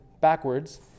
backwards